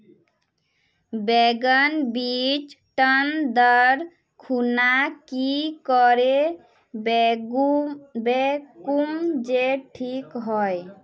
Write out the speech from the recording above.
बैगन बीज टन दर खुना की करे फेकुम जे टिक हाई?